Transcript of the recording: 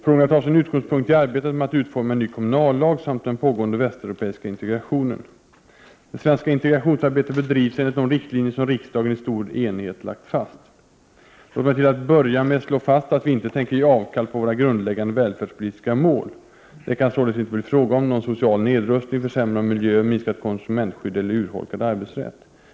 Frågorna tar sin utgångspunkt i arbetet med att utforma en ny kommunallag samt den pågående västeuropeiska integrationen. Det svenska integrationsarbetet bedrivs enligt de riktlinjer som riksdagen i stor enighet lagt fast . Låt mig till att börja med slå fast att vi inte tänker ge avkall på våra grundläggande välfärdspolitiska mål. Det kan således inte bli fråga om någon social nedrustning, försämrad miljö, minskat konsumentskydd eller urholkad arbetsrätt.